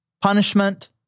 punishment